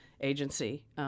agency